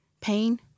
Pain